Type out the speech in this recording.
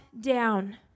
down